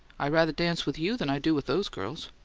i rather dance with you than i do with those girls.